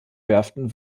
werften